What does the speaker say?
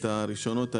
את רישיונות הנהיגה,